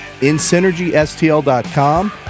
InSynergySTL.com